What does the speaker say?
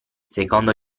secondo